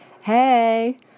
Hey